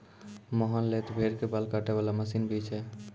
मोहन लॅ त भेड़ के बाल काटै वाला मशीन भी छै